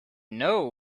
know